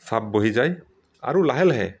চাপ বহি যায় আৰু লাহে লাহে